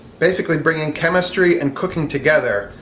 basically bringing chemistry and cooking together.